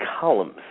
columns